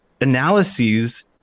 analyses